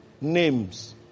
names